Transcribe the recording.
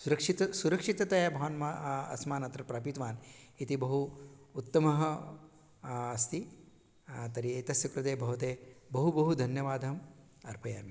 सुरक्षितं सुरक्षिततया भवान् म अस्मान् अत्र प्रापितवान् इति बहु उत्तमः अस्ति तर्हि एतस्य कृते भवते बहु बहु धन्यवादम् अर्पयामि